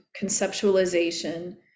conceptualization